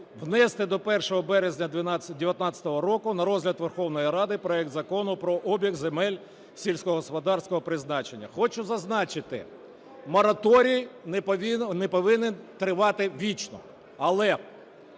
внести до 1 березня 2019 року на розгляд Верховної Ради проект Закону про обіг земель сільськогосподарського призначення. Хочу зазначити, мораторій не повинен тривати вічно. Але